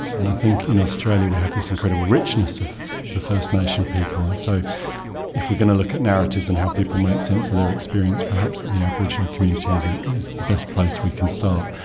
and i think in australia we have this incredible richness of the first nation people. and so if we are going to look at narratives and how people make sense of their experience, perhaps the aboriginal community is ah is the best place we can start.